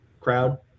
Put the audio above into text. crowd